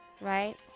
right